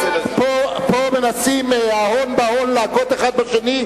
פה מנסים ההון בהון להכות אחד בשני,